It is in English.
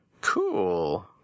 Cool